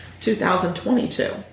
2022